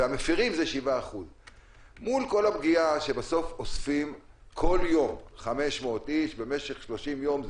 והמפרים הם 7%. מול כל הפגיעה שבסוף אוספים כל יום 500 איש במשך 30 יום,